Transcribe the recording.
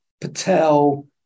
Patel